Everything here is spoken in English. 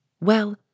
Well